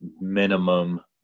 minimum